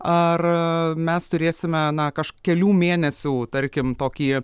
ar mes turėsime na kažkelių mėnesių tarkim tokį